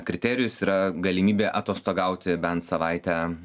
kriterijus yra galimybė atostogauti bent savaitę